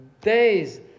Days